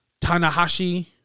Tanahashi